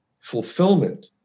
fulfillment